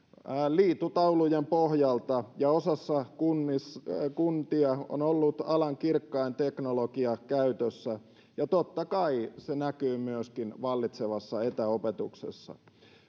liitutaulujen pohjalta ja osassa kuntia on ollut alan kirkkain teknologia käytössä ja totta kai se näkyy myöskin vallitsevassa etäopetuksessa